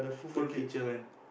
full feature one